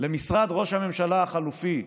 למשרד ראש הממשלה החליפי,